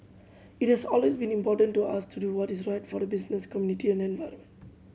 it has always been important to us to do what is right for the business community and environment